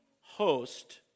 host